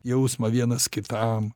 jausmą vienas kitam